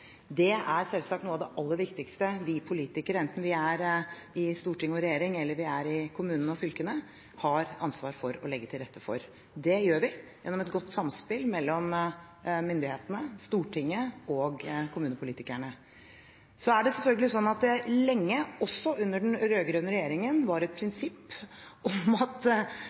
Det er selvsagt noe av det aller viktigste vi politikere – enten vi er i storting eller regjering, eller vi er i kommunene og fylkene – har ansvar for å legge til rette for. Det gjør vi gjennom et godt samspill mellom myndighetene, Stortinget og kommunepolitikerne. Så er det selvfølgelig sånn at det lenge, også under den rød-grønne regjeringen, var et prinsipp at